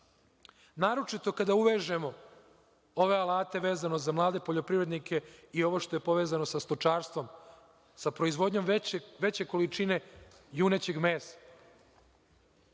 naročito kada uvežemo ove alate vezano za mlade poljoprivrednike i ovo što je povezano sa stočarstvom, sa proizvodnjom veće količine junećeg mesa.